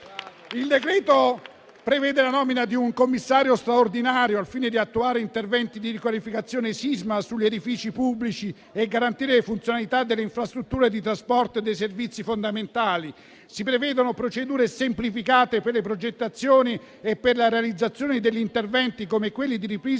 Il decreto prevede la nomina di un commissario straordinario al fine di attuare interventi di riqualificazione sismica sugli edifici pubblici e garantire la funzionalità delle infrastrutture di trasporto e dei servizi fondamentali; si prevedono procedure semplificate per la progettazione e per la realizzazione degli interventi come quelli di ripristino